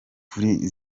kuri